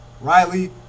Riley